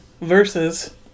versus